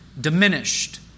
diminished